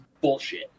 bullshit